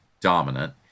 dominant